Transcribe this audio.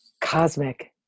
cosmic